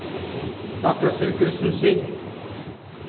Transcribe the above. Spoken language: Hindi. डॉक्टर श्री कृष्ण सिंह